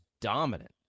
dominant